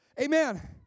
Amen